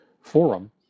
forum